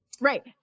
Right